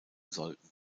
sollten